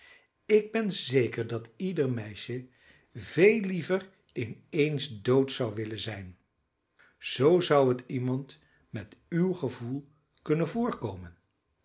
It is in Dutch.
ik ben zeker dat ieder meisje veel liever in eens dood zou willen zijn zoo zou het iemand met uw gevoel kunnen voorkomen